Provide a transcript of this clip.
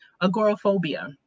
agoraphobia